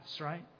right